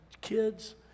kids